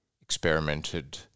experimented